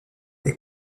est